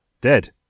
Dead